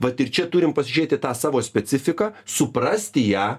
vat ir čia turim pasižiūrėt į tą savo specifiką suprasti ją